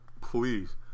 please